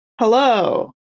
Hello